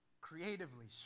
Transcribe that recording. creatively